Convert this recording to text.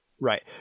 Right